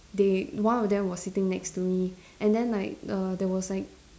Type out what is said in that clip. they one of them were sitting next to me and then like err there was like